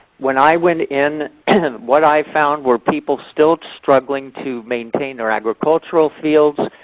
when i went in what i found were people still struggling to maintain their agricultural fields.